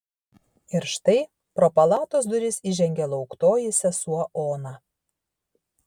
ir štai pro palatos duris įžengė lauktoji sesuo ona